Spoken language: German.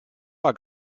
war